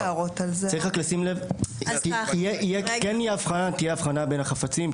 כן תהיה הבחנה בין החפצים,